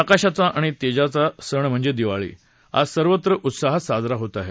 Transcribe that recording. प्रकाशाचा आणि तेजाचा सण दिवाळी आज सर्वत्र उत्साहात साजरा होत आहे